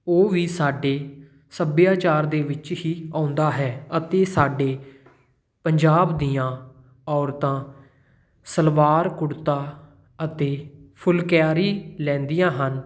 ਉਹ ਵੀ ਸਾਡੇ ਸੱਭਿਆਚਾਰ ਦੇ ਵਿੱਚ ਹੀ ਆਉਂਦਾ ਹੈ ਅਤੇ ਸਾਡੇ ਪੰਜਾਬ ਦੀਆਂ ਔਰਤਾਂ ਸਲਵਾਰ ਕੁੜਤਾ ਅਤੇ ਫੁਲਕਾਰੀ ਲੈਂਦੀਆਂ ਹਨ